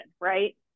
right